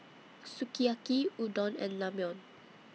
Sukiyaki Udon and Ramyeon